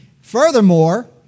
Furthermore